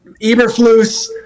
Eberflus